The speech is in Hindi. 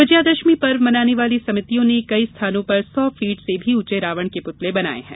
विजयादशमी पर्व मनाने वाली समितियों ने कई स्थानों पर सौ फिट से भी ऊंचे रावण के पुतले बनाये हैं